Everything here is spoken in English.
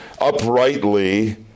uprightly